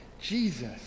Jesus